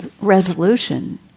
resolution